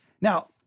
Now